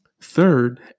Third